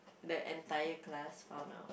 the entire class found out